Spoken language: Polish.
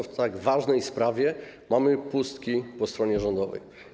W tak ważnej sprawie mamy pustki po stronie rządowej.